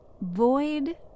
Void